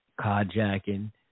carjacking